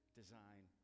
design